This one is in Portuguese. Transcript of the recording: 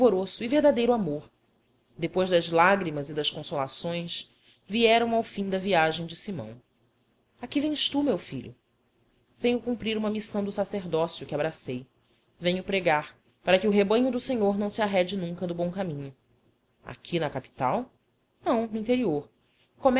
e verdadeiro amor depois das lágrimas e das consolações vieram ao fim da viagem de simão a que vens tu meu filho venho cumprir uma missão do sacerdócio que abracei venho pregar para que o rebanho do senhor não se arrede nunca do bom caminho aqui na capital não no interior